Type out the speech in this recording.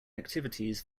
activities